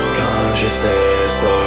consciousness